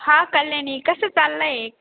हा कल्यानी कसं चाललं आहे